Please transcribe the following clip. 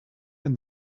and